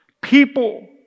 people